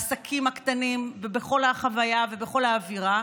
בעסקים הקטנים ובכל החוויה ובכל האווירה.